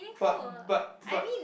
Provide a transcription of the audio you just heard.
but but but